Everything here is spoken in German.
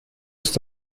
ist